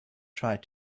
tried